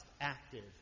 active